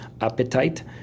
appetite